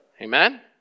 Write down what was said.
Amen